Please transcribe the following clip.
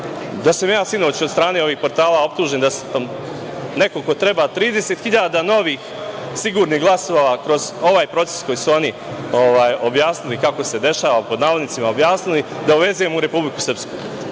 da sam ja sinoć od strane ovih portala optužen da sam neko ko treba 30.000 novih sigurnih glasova kroz ovaj proces koji su oni objasnili kako se dešava, pod navodnicima objasnili, da uvezem u Republiku Srpsku.